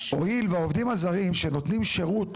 הואיל והעובדים הזרים שנותנים שירות